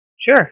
Sure